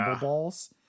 Balls